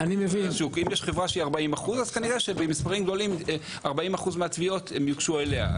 אם יש חברה שהיא 40% אז כנראה במספרים גדולים 40% מהתביעות יוגשו אליה,